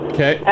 Okay